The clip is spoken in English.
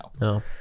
No